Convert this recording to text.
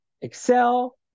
Excel